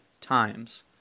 times